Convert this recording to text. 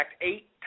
eight